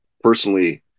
personally